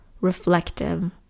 reflective